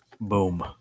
boom